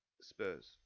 Spurs